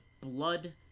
blood